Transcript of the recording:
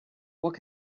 what